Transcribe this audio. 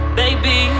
baby